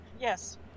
yes